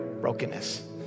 Brokenness